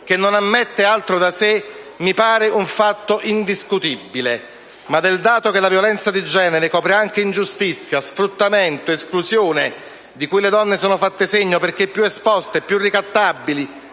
che non ammette altro da sé, mi pare un fatto indiscutibile. Ma del dato che la violenza di genere copre anche ingiustizie, sfruttamento, esclusione di cui le donne sono fatte segno perché più esposte, più ricattabili,